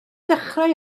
dechrau